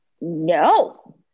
no